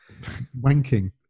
wanking